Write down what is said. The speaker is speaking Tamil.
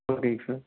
ஓகேங்க சார்